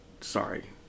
Sorry